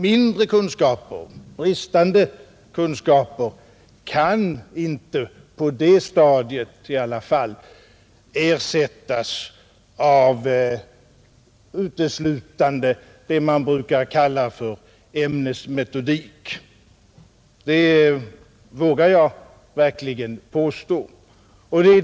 Mindre kunskaper eller bristande kunskaper kan inte på det stadiet i alla fall uteslutande ersättas av vad man brukar kalla för ämnesmetodik. Det vågar jag verkligen påstå.